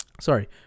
Sorry